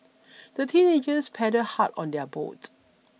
the teenagers paddled hard on their boat